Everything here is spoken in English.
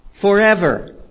forever